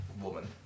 Woman